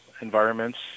environments